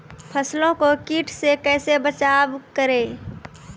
फसलों को कीट से कैसे बचाव करें?